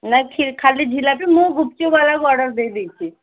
ନାହିଁ ଖାଲି ଝିଲାପି ମୁଁ ଗୁପ୍ଚୁପ୍ ବାଲାକୁ ଅର୍ଡ଼ର୍ ଦେଇଦେଇଛି